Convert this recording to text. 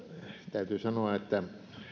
täytyy sanoa että